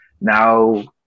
now